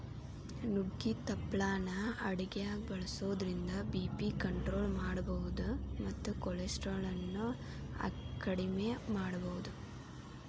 ನುಗ್ಗಿ ತಪ್ಪಲಾನ ಅಡಗ್ಯಾಗ ಬಳಸೋದ್ರಿಂದ ಬಿ.ಪಿ ಕಂಟ್ರೋಲ್ ಮಾಡಬೋದು ಮತ್ತ ಕೊಲೆಸ್ಟ್ರಾಲ್ ಅನ್ನು ಅಕೆಡಿಮೆ ಮಾಡಬೋದು